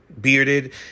bearded